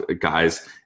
guys